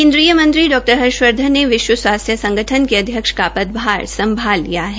केन्द्रीय मंत्री डॉ हर्षवर्धन ने विश्व स्वास्थ्य संगठन के अध्यक्ष का पदभार संभाल लिया है